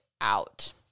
out